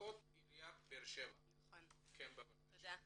למשפחות בעיריית באר-שבע, בבקשה.